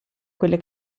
quelle